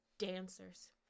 Dancers